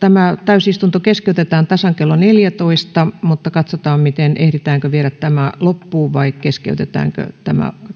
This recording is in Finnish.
tämä täysistunto keskeytetään tasan kello neljätoista mutta katsotaan ehditäänkö viedä tämä loppuun vai keskeytetäänkö